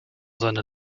seine